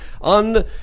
on